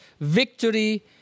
victory